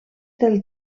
del